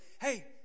hey